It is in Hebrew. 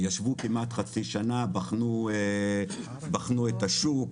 ישבו כמעט חצי שנה ובחנו את השוק,